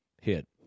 hit